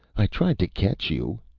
i tried to catch you.